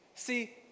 See